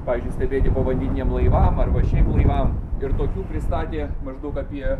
pavyzdžiui stebėti povandeniniam laivam arba šiaip laivam ir tokių pristatė maždaug apie